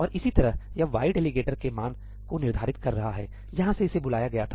और इसी तरह यह y डेलीगेटर के मान को निर्धारित कर रहा है जहां से इसे बुलाया गया था